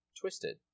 twisted